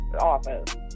Office